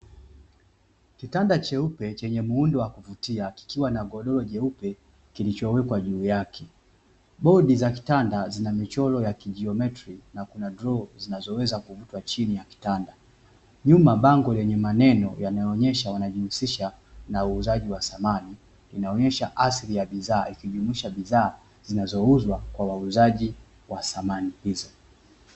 Kitanda cheupe chenye muundo wa kuvutia kikiwa na godoro jeupe kilichowekwa juu yake bodi za kitanda zina michoro ya kijiometri na kuna droo zinazoweza kuvutwa chini ya kitanda nyuma bango lenye maneno yanayoonyesha wanajihusisha na uuzaji wa samani inaonyesha asili ya bidhaa ikijumuisha bidhaa zinazouzwa kwa wauzaji wa samahani hizo.